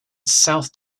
south